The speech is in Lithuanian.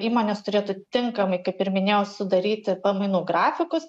įmonės turėtų tinkami kaip ir minėjau sudaryti pamainų grafikus